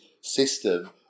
system